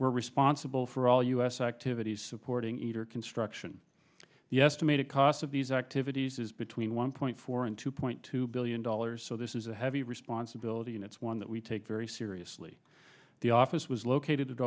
we're responsible for all u s activities supporting either construction the estimated cost of these activities is between one point four and two point two billion dollars so this is a heavy responsibility and it's one that we take very seriously the office was located